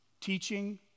teaching